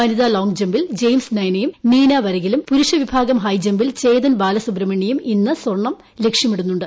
വനിതാ ലോങ് ജെബ്ബിൽ ജയിംസ് നയനയും നീനാ വരകിലും പുരുഷ വിഭാഗം ഹൈജെബ്ബിൽ ചേതൻ ബാലസുബ്രഹ്മണ്യയും ഇന്ന് സ്വർണ്ണം ലക്ഷ്യമിടുന്നുണ്ട്